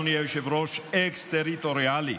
אקסטריטוריאלי,